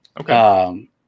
Okay